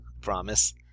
promise